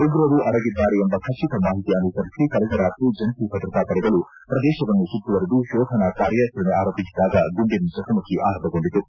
ಉಗ್ರರು ಅಡಗಿದ್ದಾರೆ ಎಂಬ ಖಚಿತ ಮಾಹಿತಿ ಅನುಸರಿಸಿ ಕಳೆದ ರಾತ್ರಿ ಜಂಟ ಭದ್ರತಾಪಡೆಗಳು ಪ್ರದೇಶವನ್ನು ಸುತ್ತುವರಿದು ಶೋಧನಾ ಕಾರ್ಯಾಚರಣೆ ಆರಂಭಿಸಿದಾಗ ಗುಂಡಿನ ಚಕಮಕಿ ಆರಂಭಗೊಂಡಿತು